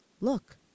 Look